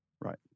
Right